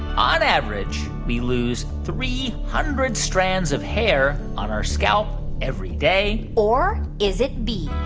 on average, we lose three hundred strands of hair on our scalp every day? or is it b,